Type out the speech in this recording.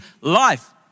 life